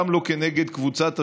גם לא כנגד קבוצת השוטרים,